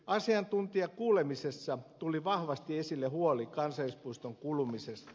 asiantuntijakuulemisessa tuli vahvasti esille huoli kansallispuiston kulumisesta